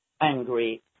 angry